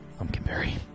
Pumpkinberry